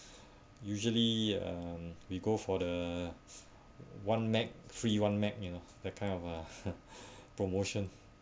usually um we go for the one night free one night you know that kind of uh promotion